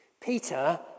Peter